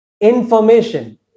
information